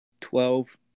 Twelve